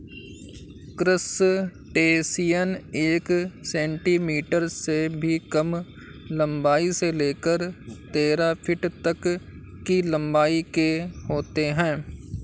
crustacean एक centimetre से भी कम लंबाई से लेकर तेरह फीट तक की लंबाई के होते हैं